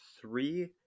three